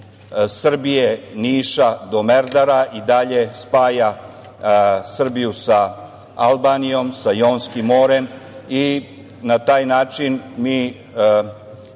Srbije, Niša do Merdara i dalje spaja Srbiju sa Albanijom, sa Jonskim morem i na taj način mi